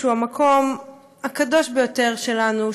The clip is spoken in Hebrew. שהוא המקום הקדוש ביותר שלנו,